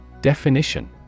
Definition